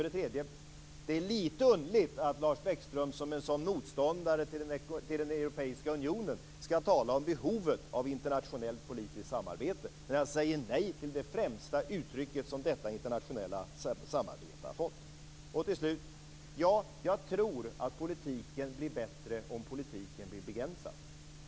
Det är lite underligt att Lars Bäckström, som är en sådan motståndare till Europeiska unionen, talar om behovet av internationellt politiskt samarbete, när han säger nej till det främsta uttrycket som detta internationella samarbete har fått. Till slut: Ja, jag tror att politiken blir bättre om den blir begränsad.